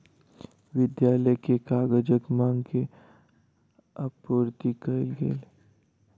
विद्यालय के कागजक मांग के आपूर्ति कयल गेल